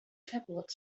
tablet